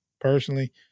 Personally